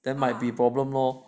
then might be problem lor